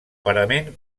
parament